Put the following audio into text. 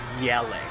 yelling